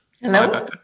Hello